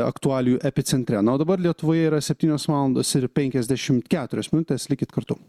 aktualijų epicentre na o dabar lietuvoje yra septynios valandos ir penkiasdešimt keturios minutės likit kartu